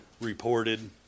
reported